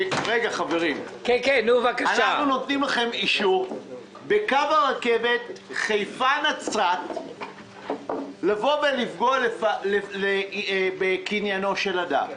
אנחנו נותנים לכם אישור בקו הרכבת חיפה נצרת לפגוע בקניינו של אדם.